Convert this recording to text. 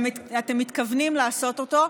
שאתם מתכוונים לעשות אותו,